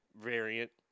variant